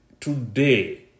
today